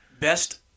Best